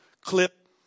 clip